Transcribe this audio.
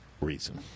reason